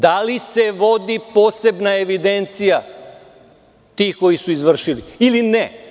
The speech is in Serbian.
Da li se vodi posebna evidencija tih koji su izvršili, ili ne?